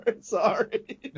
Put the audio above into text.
Sorry